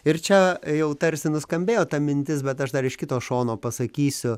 ir čia jau tarsi nuskambėjo ta mintis bet aš dar iš kito šono pasakysiu